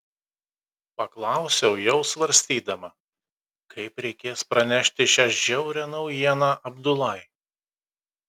paklausiau jau svarstydama kaip reikės pranešti šią žiaurią naujieną abdulai